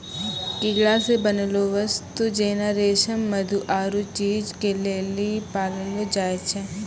कीड़ा से बनलो वस्तु जेना रेशम मधु आरु चीज के लेली पाललो जाय छै